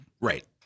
Right